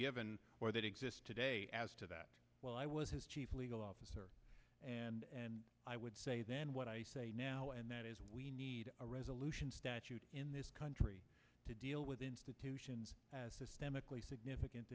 given or that exists today as to that well i was his chief legal officer and i would say then what i say now and that is we need a resolution statute in this country to deal with institutions as s